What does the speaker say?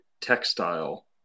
textile